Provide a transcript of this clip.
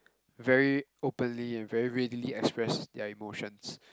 very openly and very readily express their emotions